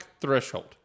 threshold